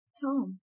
Tom